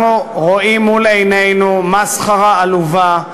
אנחנו רואים מול עינינו מסחרה עלובה,